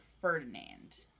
Ferdinand